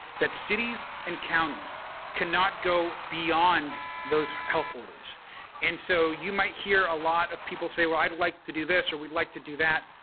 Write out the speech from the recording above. that cities and counties cannot go beyond those health orders and so you might hear a lot of people say well i'd like to do this or we'd like to do that.